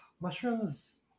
mushrooms